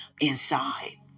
inside